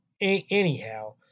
anyhow